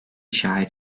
şair